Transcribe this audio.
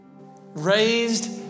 Raised